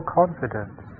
confidence